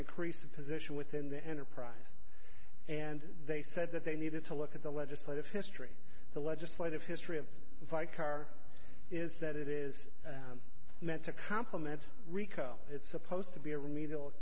increase a position within the enterprise and they said that they needed to look at the legislative history the legislative history of my car is that it is meant to compliment rico it's supposed to be a remedial